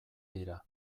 dira